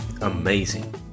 Amazing